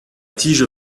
tige